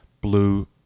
blue